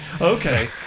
Okay